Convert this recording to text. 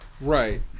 Right